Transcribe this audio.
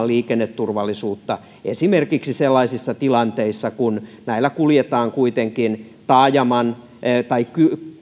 liikenneturvallisuutta esimerkiksi sellaisissa tilanteissa kun kuljetaan taajaman tai